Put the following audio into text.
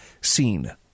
seen